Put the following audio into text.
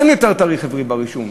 ואין יותר תאריך עברי ברישום,